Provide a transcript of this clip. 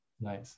Nice